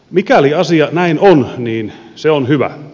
mikäli asia näin on niin se on hyvä